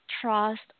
trust